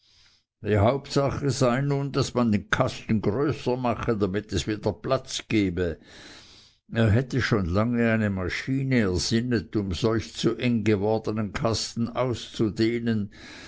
die hauptsache sei nun daß man den kasten größer mache damit es wieder platz gebe er hätte schon lange eine maschine ersinnet um solch zu eng gewordenen kasten auszudehnen